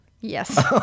yes